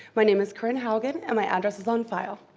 my name is corrin howgan, and my address is on file.